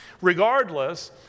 Regardless